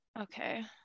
okay